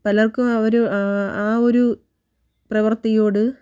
പലർക്കും അവർ ആ ഒരു പ്രവൃത്തിയോട്